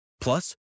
Plus